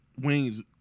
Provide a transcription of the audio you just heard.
wings